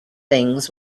things